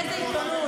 איזה עיתונות,